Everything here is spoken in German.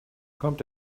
kommt